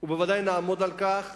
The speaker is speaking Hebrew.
ובוודאי נעמוד על כך,